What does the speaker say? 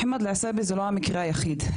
מוחמד אלעסיבי הוא לא המקרה היחיד,